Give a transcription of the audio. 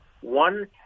One